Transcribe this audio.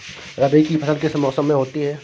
रबी की फसल किस मौसम में होती है?